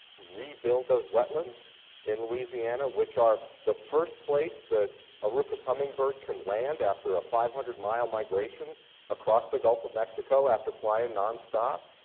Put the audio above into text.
rebuild those wetlands in louisiana, which are the first place that a rufus hummingbird can land after a five hundred mile migration across the gulf of mexico after flying nonstop,